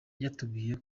yatubwiye